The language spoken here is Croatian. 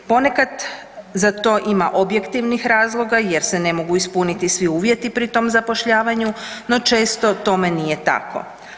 Ponekad za to ima objektivnih razloga jer se ne mogu ispuniti svi uvjeti pri tom zapošljavanju, no često tome nije tako.